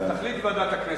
תחליט ועדת הכנסת.